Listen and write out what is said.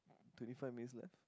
twenty five minutes left